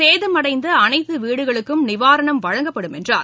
சேதமடைந்தஅனைத்துவீடுகளுக்கும் நிவாரணம் வழங்கப்படும் என்றார்